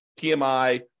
PMI